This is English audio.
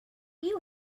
you